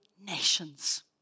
nations